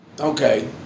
Okay